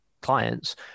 clients